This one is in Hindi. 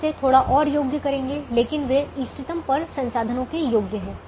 हम इसे थोड़ा और योग्य करेंगे लेकिन वे इष्टतम पर संसाधनों के योग्य हैं